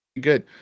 Good